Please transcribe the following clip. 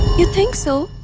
you think so.